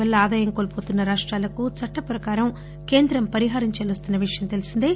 వల్ల ఆదాయం కోల్పోతున్న రాష్టాలకు చట్ట ప్రకారం కేంద్రం పరిహారం చెల్లిస్తున్న విషయం తెల్సిందే